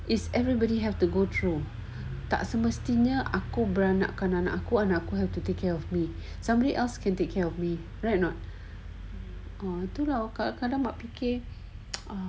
is everybody have to go through tak semestinya aku beranak kau kau kena take care of me somebody else can take care of me right not ah tu lah kadang bila mak fikir